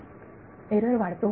विद्यार्थी एरर वाढतो